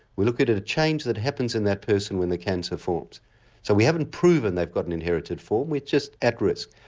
looking at at a change that happens in that person when the cancer forms so we haven't proven they've got an inherited form, we are just at risk.